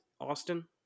Austin